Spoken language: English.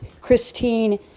Christine